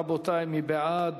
רבותי, מי בעד,